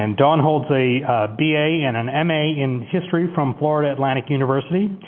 and dawn holds a b a. and an m a. in history from florida atlantic university,